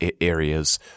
Areas